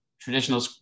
traditional